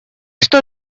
что